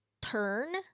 turn